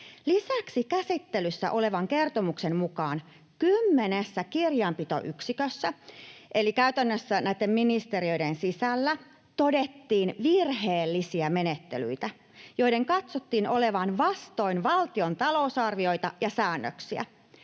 Lisäksi käsittelyssä olevan kertomuksen mukaan kymmenessä kirjanpitoyksikössä eli käytännössä näitten ministeriöiden sisällä todettiin virheellisiä menettelyitä, joiden katsottiin olevan vastoin valtion talousarvioita ja säännöksiä.